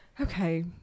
Okay